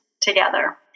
together